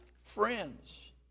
friends